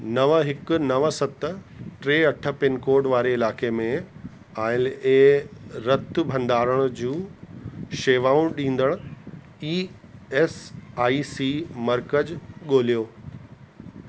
नव हिकु नव सत टे अठ पिनकोड वारे इलाइके़ में आयल ऐं रत भंडारण शेवाऊं ॾींदड़ ई एस आई सी मर्कज़ ॻोल्हियो